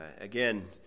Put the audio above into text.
again